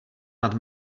nad